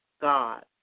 God